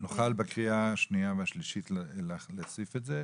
נוכל בקריאה השנייה והשלישית להוסיף את זה,